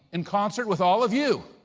in concert with all of you,